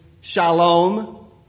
shalom